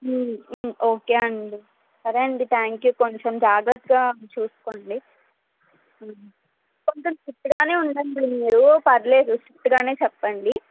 okay అండి సరే అండి థ్యాంక్ యు కొంచెం జాగ్రత్తగా చూసుకోండి కొంచెం స్ట్రిక్ట్గానే ఉండండి మీరు పర్లేదు స్ట్రిక్ట్గానే చెప్పండి